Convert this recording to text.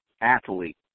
athlete